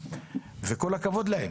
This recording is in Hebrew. וכל הכבוד להם,